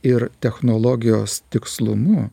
ir technologijos tikslumu